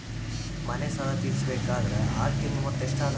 ಮನೆ ಸಾಲ ತೀರಸಬೇಕಾದರ್ ಆರ ತಿಂಗಳ ಮೊತ್ತ ಎಷ್ಟ ಅದ?